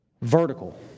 vertical